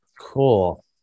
Cool